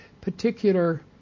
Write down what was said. particular